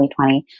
2020